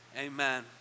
Amen